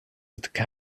with